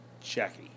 Jackie